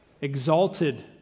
exalted